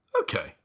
Okay